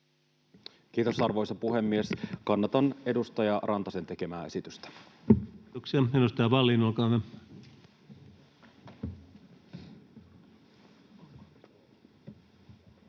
Content: Arvoisa puhemies! Kannatan edustaja Tynkkysen tekemää esitystä. [Speech